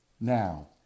now